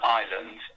island